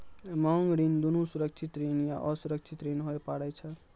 मांग ऋण दुनू सुरक्षित ऋण या असुरक्षित ऋण होय पारै छै